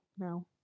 No